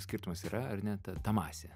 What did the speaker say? skirtumas yra ar ne ta ta masė